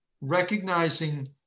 recognizing